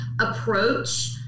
approach